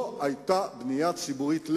לא היתה בנייה ציבורית,